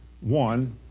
one